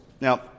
Now